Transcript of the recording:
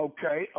Okay